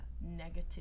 negative